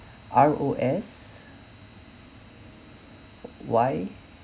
R O S Y